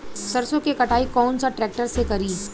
सरसों के कटाई कौन सा ट्रैक्टर से करी?